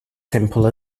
simple